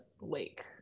lake